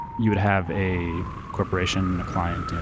you would have a corporation, a client. and